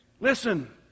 Listen